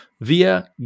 via